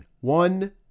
One